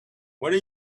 where